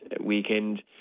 weekend